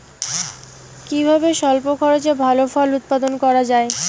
কিভাবে স্বল্প খরচে ভালো ফল উৎপাদন করা যায়?